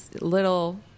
little